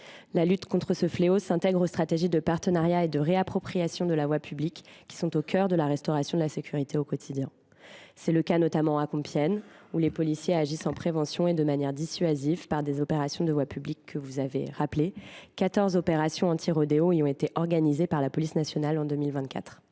La lutte contre ce fléau s’intègre aux stratégies de partenariat et de réappropriation de la voie publique, qui sont au cœur de la restauration de la sécurité du quotidien. C’est le cas notamment à Compiègne, où les policiers agissent en prévention et de manière dissuasive par les opérations de voie publique que vous avez rappelées : quatorze opérations anti rodéos y ont été organisées par la police nationale en 2024.